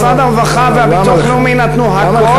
משרד הרווחה והביטוח הלאומי נתנו הכול,